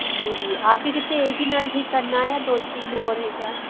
जी जी आपके कितने एक ही नल ठीक करना है या दो तीन और है क्या